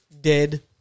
Dead